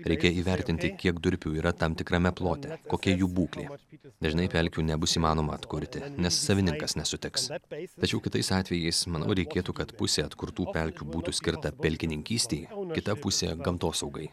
reikia įvertinti kiek durpių yra tam tikrame plote kokia jų būklė dažnai pelkių nebus įmanoma atkurti nes savininkas nesutiks tačiau kitais atvejais manau reikėtų kad pusė atkurtų pelkių būtų skirta pelkininkystei kita pusė gamtosaugai